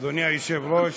אדוני היושב-ראש,